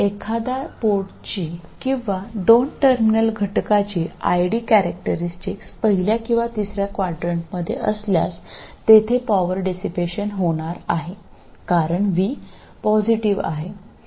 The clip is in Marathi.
एखाद्या पोर्टची किंवा दोन टर्मिनल घटकाची ID कॅरेक्टरीस्टिक पहिल्या किंवा तिसर्या क्वाड्रंटमध्ये असल्यास तिथे पॉवर डेसिपेशन होणार आहे कारण v पॉझिटिव आहे